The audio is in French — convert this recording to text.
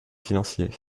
financier